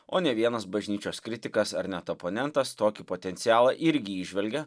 o ne vienas bažnyčios kritikas ar net oponentas tokį potencialą irgi įžvelgia